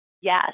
Yes